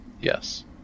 Yes